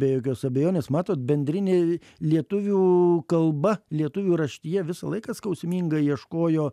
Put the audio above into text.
be jokios abejonės matote bendrinė lietuvių kalba lietuvių raštija visą laiką skausmingai ieškojo